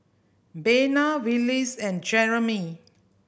Bena Willis and Jerimy